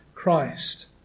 Christ